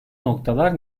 noktalar